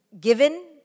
given